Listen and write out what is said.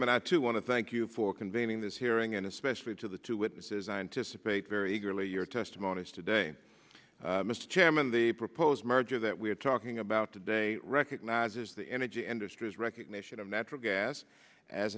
i too want to thank you for convening this hearing and especially to the two witnesses i anticipate very eagerly your testimony is today mr chairman the proposed merger that we are talking about today recognizes the energy industry as recognition of natural gas as